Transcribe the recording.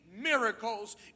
miracles